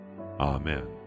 Amen